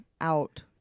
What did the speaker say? out